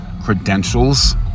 Credentials